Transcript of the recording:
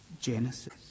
Genesis